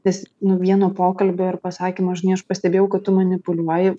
nes nuo vieno pokalbio ir pasakymo žinai aš pastebėjau kad tu manipuliuoji